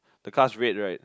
the car is red right